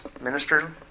minister